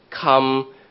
come